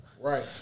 Right